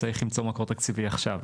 צריך למצוא מקור תקציבי עכשיו,